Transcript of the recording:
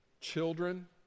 children